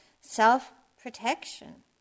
self-protection